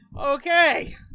Okay